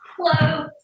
Close